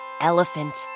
elephant